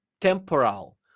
temporal